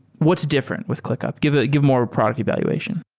what's different with clickup? give ah give more product evaluation.